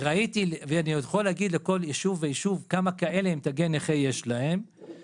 ואני יכול להגיד כמה כאלה עם תגי נכה יש בכל